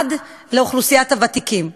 עד לאוכלוסיית הוותיקים.